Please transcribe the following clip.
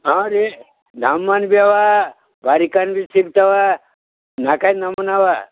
ಹಾಂ ರೀ ನಮ್ಮನ್ನ ಭೀ ಅವಾ ಭಾರಿ ಕನ್ವಿಲ್ ಸಿಗ್ತವಾ ನಾಲ್ಕೈದು ನಮೂನಿ ಅವ